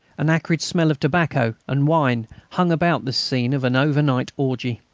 an acrid smell of tobacco and wine hung about this scene of an overnight orgy.